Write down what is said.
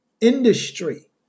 industry